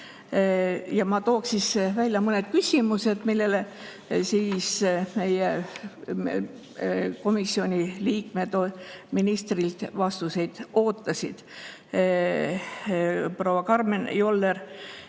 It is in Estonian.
Ja ma tooksin välja mõned küsimused, millele meie komisjoni liikmed ministrilt vastuseid ootasid. Proua Karmen Joller